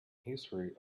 history